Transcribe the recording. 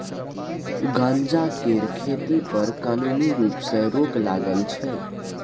गांजा केर खेती पर कानुनी रुप सँ रोक लागल छै